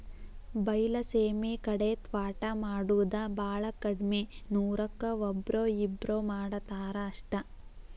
ಬೈಲಸೇಮಿ ಕಡೆ ತ್ವಾಟಾ ಮಾಡುದ ಬಾಳ ಕಡ್ಮಿ ನೂರಕ್ಕ ಒಬ್ಬ್ರೋ ಇಬ್ಬ್ರೋ ಮಾಡತಾರ ಅಷ್ಟ